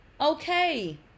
Okay